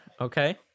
okay